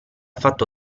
fatto